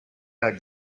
back